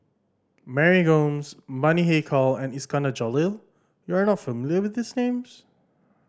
Mary Gomes Bani Haykal and Iskandar Jalil you are not familiar with these names